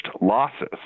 losses